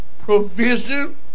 provision